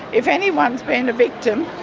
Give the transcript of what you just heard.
if anyone's been a victim,